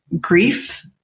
grief